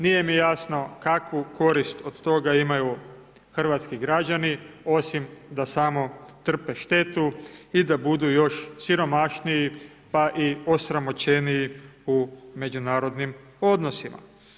Nije mi jasno kakvu korist od toga imaju hrvatski građani osim da samo trpe štetu i da budu još siromašniji pa i osramoćeniji u međunarodnim odnosima.